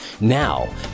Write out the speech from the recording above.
Now